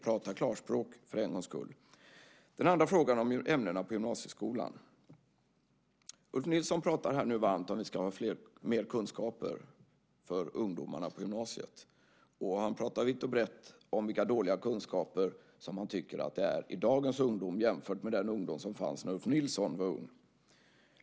Prata klarspråk för en gångs skull! Den andra frågan gällde ämnena på gymnasieskolan. Ulf Nilsson pratar här varmt om mer kunskaper för ungdomarna på gymnasiet. Han pratar vitt och brett om vilka dåliga kunskaper han tycker att dagens ungdom har jämfört med den ungdom som fanns när Ulf Nilsson var ung.